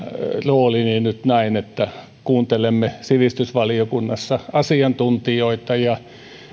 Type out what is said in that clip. roolini nyt näin että kuuntelemme sivistysvaliokunnassa asiantuntijoita ja